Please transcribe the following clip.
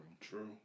True